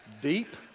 Deep